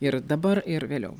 ir dabar ir vėliau